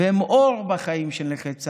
והם אור בחיים של נכי צה"ל,